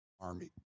Army